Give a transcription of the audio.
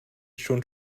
schon